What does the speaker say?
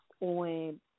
on